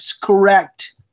correct